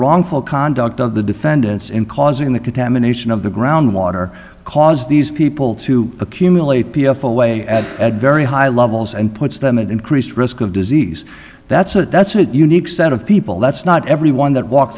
wrongful conduct of the defendants in causing the contamination of the groundwater caused these people to accumulate p f away at very high levels and puts them at increased risk of disease that's a that's a unique set of people that's not everyone that walk